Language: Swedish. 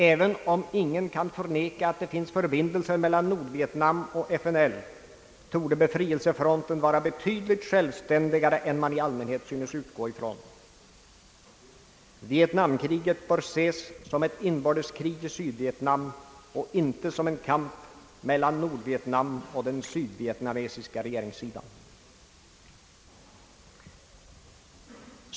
även om ingen kan förneka att det finns förbindelser mellan Nordvietnam och FNL torde befrielsefronten vara betydligt självständigare än man i allmänhet synes utgå från. Vietnamkriget bör ses som ett inbördeskrig i Sydvietnam och inte som en kamp mellan Nordvietnam och den sydvienamesiska regeringssidan.